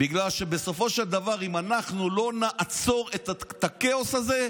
בגלל שבסופו של דבר אם אנחנו לא נעצור את הכאוס הזה,